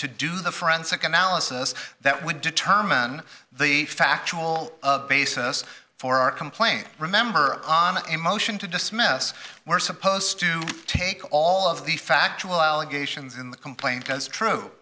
to do the forensic analysis that would determine the factual basis for our complaint remember on a motion to dismiss we're supposed to take all of the factual allegations in the complaint because true